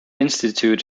institute